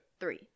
Three